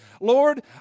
Lord